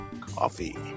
coffee